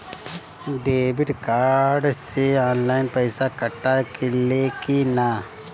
Debit card से online पैसा कटा ले कि ना?